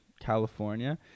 California